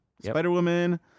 Spider-Woman